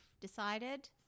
decided